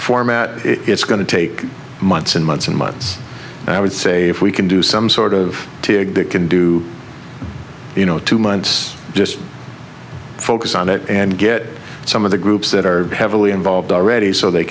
format it's going to take months and months and months and i would say if we can do some sort of can do you know two months just focus on it and get some of the groups that are heavily involved already so they